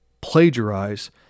plagiarize